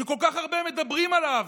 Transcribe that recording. שכל כך הרבה מדברים עליו,